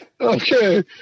Okay